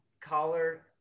collar